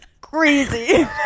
crazy